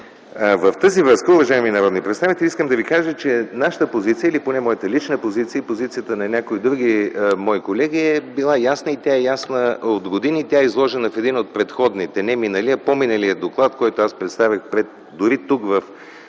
В тази връзка, уважаеми народни представители, искам да ви кажа, че нашата позиция или поне моята лична позиция и позицията на някои други мои колеги е била ясна и тя е ясна от години. Тя е изложена в един от предходните доклади - не миналия, а по-миналия доклад, който аз представих тук, в